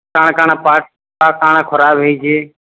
କାଣା କାଣା ପାର୍ଟ୍ କାଣା ଖରାପ୍ ହେଇଛେ